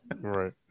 Right